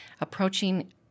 Approaching